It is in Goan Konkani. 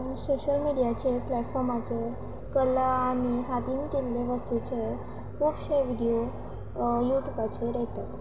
सोशल मिडियाचे प्लेटफॉर्माचेर कला आनी हातीन केल्ले वस्तुचें खुबशे व्हिडियो युट्यूबाचेर येतात